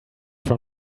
from